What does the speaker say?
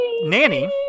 Nanny